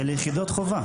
אלה יחידות חובה.